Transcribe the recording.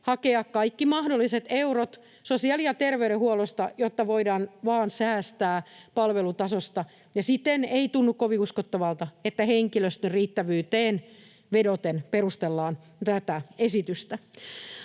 hakea kaikki mahdolliset eurot sosiaali- ja terveydenhuollosta, jotta voidaan vain säästää palvelutasosta, ja siten ei tunnu kovin uskottavalta, että henkilöstön riittävyyteen vedoten perustellaan tätä esitystä.